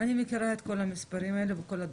אני מכירה את כל המספרים האלה וכל הדוחות.